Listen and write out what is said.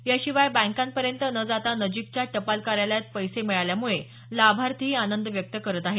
याशिवाय बँकांपर्यंत न जाता नजिकच्या टपाल कार्यालयात पैसे मिळाल्यामुळे लाभार्थीही आनंद व्यक्त करत आहेत